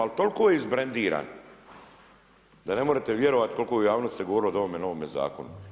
Ali toliko je izbrendiran, da ne morete vjerovati koliko u javnosti se govorilo o ovome novome zakonu.